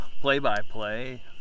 play-by-play